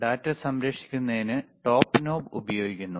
data സംരക്ഷിക്കുന്നതിന് top knob ഉപയോഗിക്കുന്നു